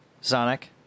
sonic